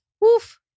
Woof